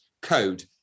code